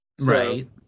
Right